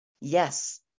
yes